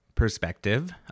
perspective